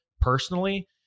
personally